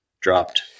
dropped